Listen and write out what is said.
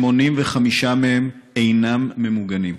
85 מהם אינם ממוגנים,